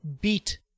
beat